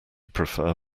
prefer